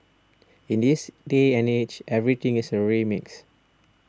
in this day and age everything is a remix